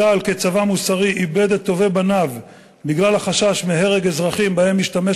צה"ל כצבא מוסרי איבד את טובי בניו בגלל החשש להרג אזרחים שבהם משתמש